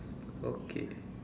okay